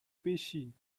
بشین